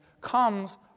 comes